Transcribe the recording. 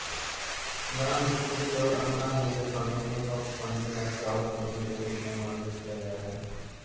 दान सब्सिडी और अनुदान जैसे फंडिंग को सॉफ्ट फंडिंग या क्राउडफंडिंग के रूप में वर्णित किया गया है